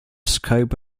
scope